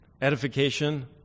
edification